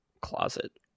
closet